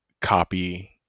copy